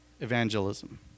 evangelism